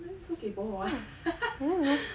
then so kaypoh for what